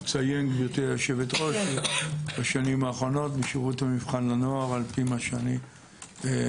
אציין גברתי היושבת-ראש בשנים האחרונות בשירות המבחן לנוער ממה ששמעתי,